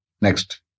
Next